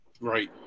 Right